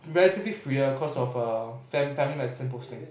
relatively freer cause of err fam~ family medicine posting